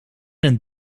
een